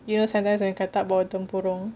ya sometimes I katak bawah tempurung